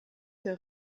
der